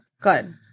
Good